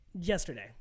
yesterday